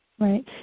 right